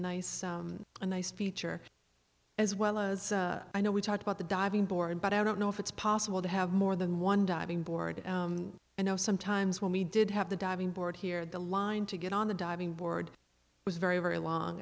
nice a nice feature as well as i know we talked about the diving board but i don't know if it's possible to have more than one diving board and oh sometimes when we did have the diving board here the line to get on the diving board was very very long